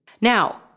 Now